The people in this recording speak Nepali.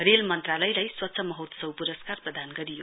रेल मन्त्रालयलाई स्वच्छ महोत्सव पुरस्कार प्रदान गरियो